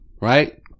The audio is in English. right